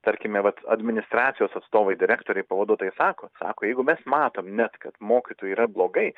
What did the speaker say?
tarkime vat administracijos atstovai direktoriai pavaduotojai sako sako jeigu mes matom net kad mokytojui yra blogai